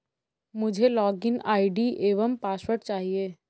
मुझें login ID एवं password चाहिए